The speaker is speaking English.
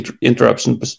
interruption